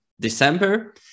december